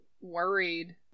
worried